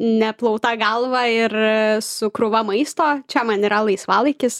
neplauta galva ir su krūva maisto čia man yra laisvalaikis